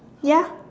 ya